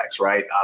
Right